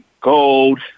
gold